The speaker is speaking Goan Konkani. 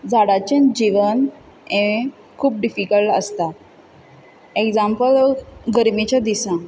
झाडांचें जिवन हें खूब डिफिकल्ट आसता एक्जांपल गरमेच्या दिसान